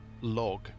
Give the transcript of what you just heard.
log